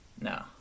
No